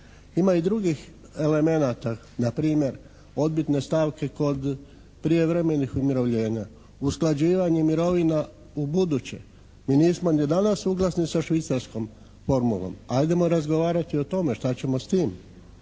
Ima i drugih elemenata, npr. odbitne stavke kod prijevremenih umirovljena, usklađivanje mirovina ubuduće. Mi nismo ni danas suglasni sa švicarskom formulom. Ajmo razgovarati o tome šta ćemo s tim.